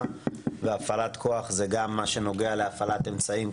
והפעלת כוח זה גם מה שנוגע להפעלת אמצעים,